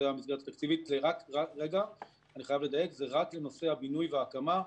זה רק לנושא הבינוי וההקמה,